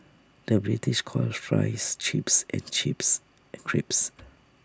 the British calls Fries Chips and Chips Crisps